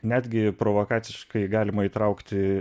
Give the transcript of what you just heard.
netgi provokaciškai galima įtraukti